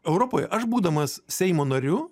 europoje aš būdamas seimo nariu